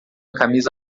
camisa